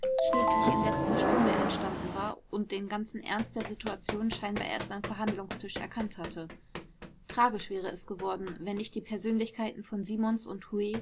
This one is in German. schließlich in letzter stunde entstanden war und den ganzen ernst der situation scheinbar erst am verhandlungstisch erkannt hatte tragisch wäre es geworden wenn nicht die persönlichkeiten von simons und hu